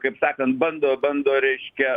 kaip sakant bando bando reiškia